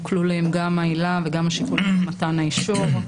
כלולים גם העילה וגם השיקול למתן האישור,